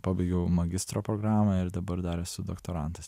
pabaigiau magistro programą ir dabar dar esu doktorantas